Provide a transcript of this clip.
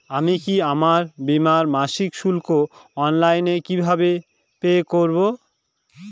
আমি কি আমার বীমার মাসিক শুল্ক অনলাইনে কিভাবে পে করব?